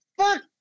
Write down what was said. fuck